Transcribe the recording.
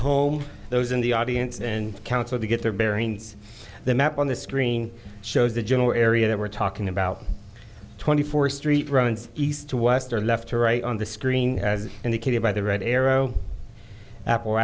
home those in the audience and counsel to get their bearings the map on the screen shows the general area that we're talking about twenty four street runs east to west are left to right on the screen as indicated by the red arrow apple